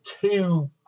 two